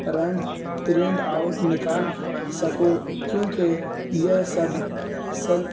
print print out نکال سکوں کیونکہ یہ سب سلپ